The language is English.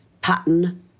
pattern